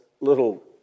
little